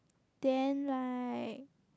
then like